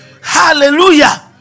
Hallelujah